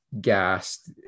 gassed